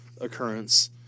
occurrence